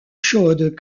chaudes